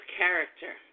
character